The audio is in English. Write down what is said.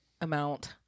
amount